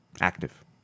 active